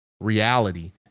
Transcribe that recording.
reality